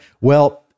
well-